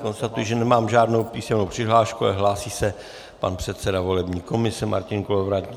Konstatuji, že nemám žádnou písemnou přihlášku, ale hlásí se pan předseda volební komise Martin Kolovratník.